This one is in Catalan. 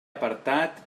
apartat